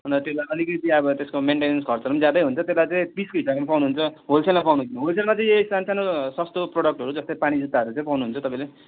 अन्त त्यसलाई अलिकति अब त्यसको मेन्टेनेन्स खर्च पनि ज्यादै हुन्छ त्यसलाई चाहिँ पिसको हिसाबमा पाउनुहुन्छ होलसेलमा पाउनुहुन्न होलसेलमा चाहिँ यही सानसानो सस्तो प्रडक्टहरू जस्तो पानीजुत्ताहरू चाहिँ पाउनुहुन्छ तपाईँले